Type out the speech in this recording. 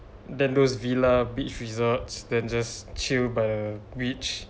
then those villa beach resorts then just chill by the beach